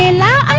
and la